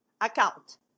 account